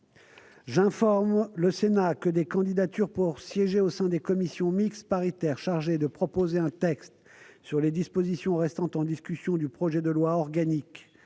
J'informe le Sénat que des candidatures pour siéger au sein des commissions mixtes paritaires chargées de proposer un texte sur les dispositions restant en discussion du projet de loi organique